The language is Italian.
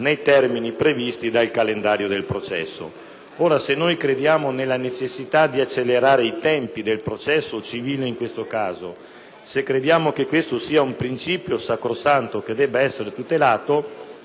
nei termini previsti dal calendario del processo. Se crediamo nella necessitadi accelerare i tempi del processo, quello civile in questo caso, se crediamo che questo sia un principio sacrosanto che deve essere tutelato,